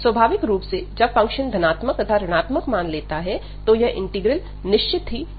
स्वाभाविक रूप से जब फंक्शन धनात्मक तथा ऋणात्मक मान लेता है तो यह इंटीग्रल निश्चित ही कन्वर्ज करेगा